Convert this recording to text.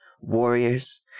warriors